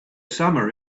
summer